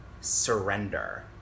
surrender